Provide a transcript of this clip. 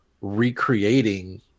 recreating